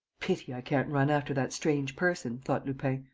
pity i can't run after that strange person, thought lupin,